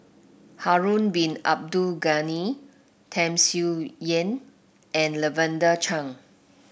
Harun Bin Abdul Ghani Tham Sien Yen and Lavender Chang